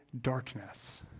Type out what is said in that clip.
darkness